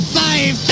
five